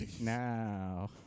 now